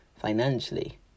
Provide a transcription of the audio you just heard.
financially